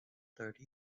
thirty